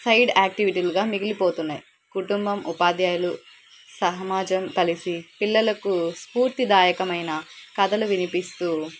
side యాక్టివిటీలుగా మిగిలిపోతున్నాయి కుటుంబం ఉపాధ్యాయులు సమాజం కలిసి పిల్లలకు స్ఫూర్తిదాయకమైన కథలు వినిపిస్తూ